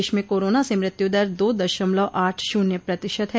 देश में कोरोना से मृत्यु दर दो दशमलव आठ शून्य प्रतिशत है